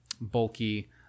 bulky